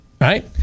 right